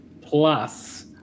plus